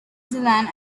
zealand